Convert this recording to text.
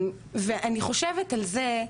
אני חושבת על זה,